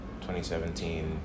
2017